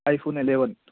I phone eleven